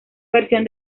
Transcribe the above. versión